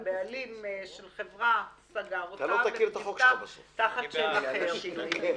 במקרה שהבעלים של חברה סגר אותה והיא נפתחה תחת שם אחר.